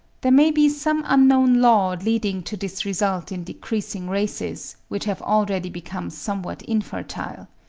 there may be some unknown law leading to this result in decreasing races, which have already become somewhat infertile.